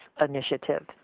Initiative